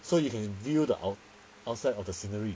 so you can view the out~ outside of the scenery